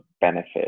benefit